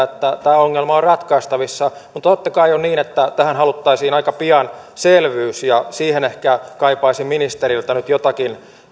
että tämä ongelma on ratkaistavissa totta kai on niin että tähän haluttaisiin aika pian selvyys ja siihen ehkä kaipaisin ministeriltä nyt jotakin